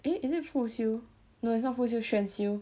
eh is it 辅修 no it's not 辅修选修